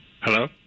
Hello